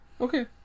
Okay